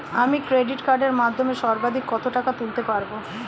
আমি ক্রেডিট কার্ডের মাধ্যমে সর্বাধিক কত টাকা তুলতে পারব?